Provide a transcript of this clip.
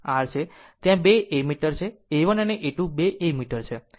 ત્યાં 2 એમીટર છે A 1 અને A 2 બે એમીટર છે